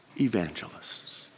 evangelists